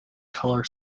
colour